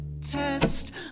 test